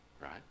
right